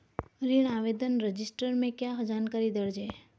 ऋण आवेदन रजिस्टर में क्या जानकारी दर्ज है?